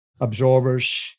absorbers